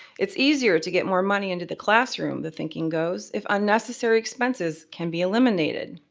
it's easier to get more money into the classroom, the thinking goes, if unnecessary expenses can be eliminated.